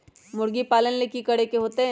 मुर्गी पालन ले कि करे के होतै?